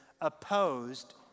opposed